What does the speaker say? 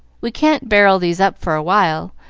we can't barrel these up for a while,